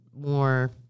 more